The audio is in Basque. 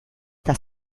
eta